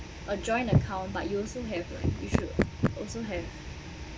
a joint account but you also have like you should also have